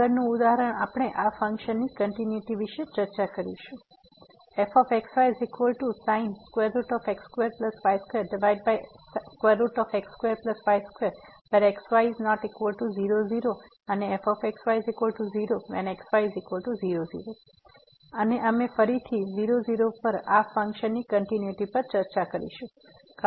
આગળનું ઉદાહરણ આપણે આ ફંક્શન કંટીન્યુટી વિશે ચર્ચા કરીશું fxysin x2y2 x2y2xy≠00 0xy00 અને અમે ફરીથી 00 પર આ ફંક્શનની કંટીન્યુટી પર ચર્ચા કરીશું